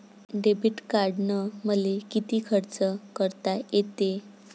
Debit कार्डानं मले किती खर्च करता येते?